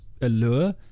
allure